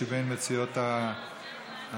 שהיא מבין מציעות ההצעה.